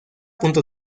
punto